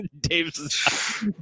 Dave's